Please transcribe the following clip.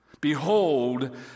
Behold